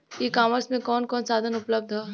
ई कॉमर्स में कवन कवन साधन उपलब्ध ह?